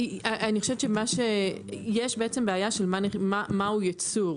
אני חושבת שיש בעצם בעיה של מהו ייצור.